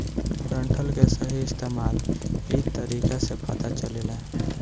डंठल के सही इस्तेमाल इ तरीका से पता चलेला